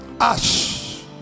Ash